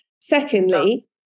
Secondly